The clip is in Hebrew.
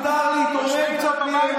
אין פוזיציה.